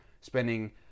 spending